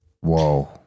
Whoa